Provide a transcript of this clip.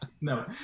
No